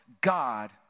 God